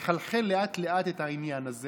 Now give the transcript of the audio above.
נחלחל לאט-לאט את העניין הזה